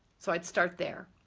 so i'd start there.